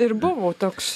ir buvo toks